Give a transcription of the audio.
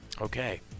Okay